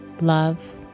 love